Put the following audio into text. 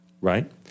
right